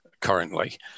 currently